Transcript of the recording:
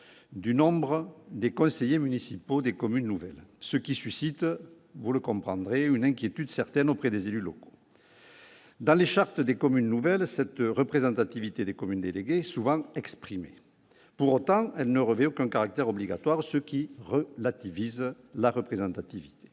du nombre de conseillers municipaux des communes nouvelles, ce qui suscite une certaine inquiétude chez les élus locaux. Dans les chartes de communes nouvelles, cette représentativité des communes déléguées est souvent exprimée. Pour autant, elle ne revêt aucun caractère obligatoire, ce qui relativise cette représentativité.